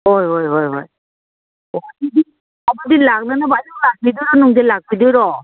ꯍꯣꯏ ꯍꯣꯏ ꯍꯣꯏ ꯍꯣꯏ ꯑꯌꯨꯛ ꯂꯥꯛꯄꯤꯗꯣꯏꯔꯣ ꯅꯨꯡꯗꯤꯟ ꯂꯥꯛꯄꯤꯗꯣꯏꯔꯣ